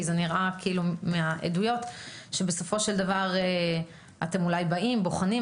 כי מהעדויות זה נראה שבסופו של דבר אתם אולי בוחנים,